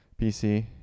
pc